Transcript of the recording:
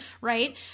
right